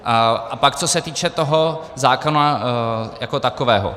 A pak co se týče zákona jako takového.